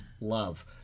love